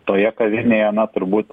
toje kavinėje na turbūt